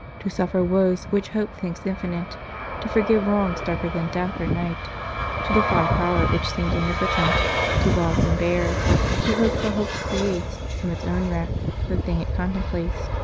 to suffer woes which hope thinks infinite to forgive wrongs darker than death or night to defy power which seems omnipotent to love and bear to hope till hope creates from its own wreck the thing it contemplates